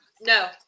no